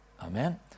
Amen